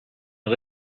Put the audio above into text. and